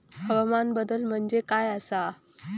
हवामान बदल म्हणजे काय आसा?